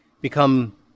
become